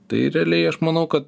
tai realiai aš manau kad